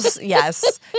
Yes